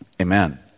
Amen